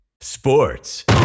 Sports